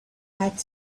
had